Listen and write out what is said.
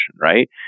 right